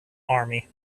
army